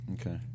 Okay